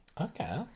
Okay